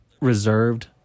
reserved